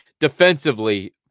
defensively